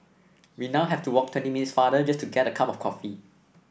we now have to walk twenty minutes farther just to get a cup of coffee